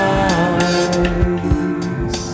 eyes